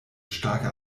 starke